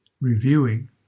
reviewing